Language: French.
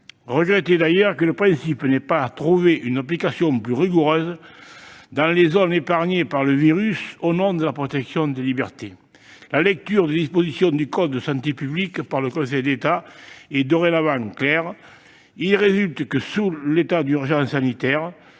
regrettaient d'ailleurs que ce principe n'ait pas été appliqué plus rigoureusement dans les zones épargnées par le virus au nom de la protection des libertés. La lecture des dispositions du code de la santé publique par le Conseil d'État est dorénavant claire : il en résulte que, sous le régime de l'état d'urgence sanitaire,